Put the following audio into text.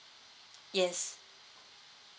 yes